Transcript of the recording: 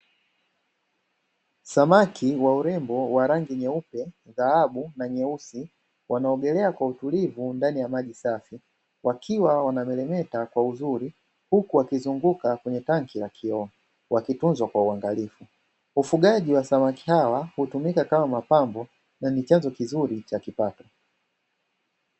Samaki wa urembo wa rangi nyeupe, dhahabu na nyeusi wanaogelea kwa utulivu ndani ya maji safi. Wakiwa wanamelemeta kwa uzuri huku wakizunguka kwenye tanki la kioo, wakitunzwa kwa uangalifu. Ufugaji wa samaki hawa hutumika kama mapambo na ni chanzo kizuri cha kipato.